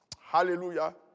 Hallelujah